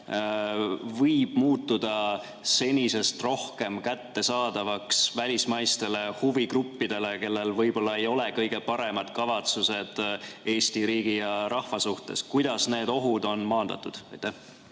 võib muutuda senisest rohkem kättesaadavaks välismaistele huvigruppidele, kellel võib-olla ei ole kõige paremad kavatsused Eesti riigi ja rahva suhtes? Kuidas need ohud on maandatud?